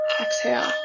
exhale